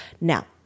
Now